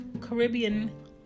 Caribbean